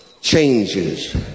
changes